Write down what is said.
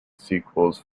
sequels